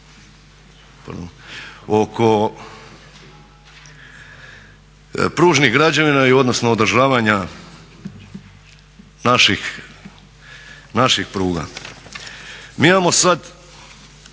oko pružnih građevina odnosno održavanja naših pruga. Mi imamo sada